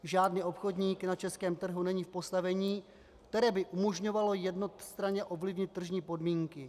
Žádný obchodník na českém trhu není v postavení, které by umožňovalo jednostranně ovlivnit tržní podmínky.